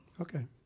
Okay